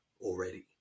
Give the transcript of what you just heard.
already